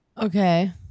Okay